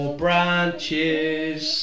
branches